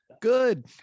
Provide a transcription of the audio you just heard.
Good